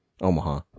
Omaha